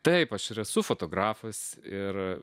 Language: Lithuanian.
taip aš ir esu fotografas ir